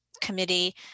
committee